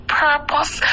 purpose